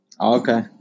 okay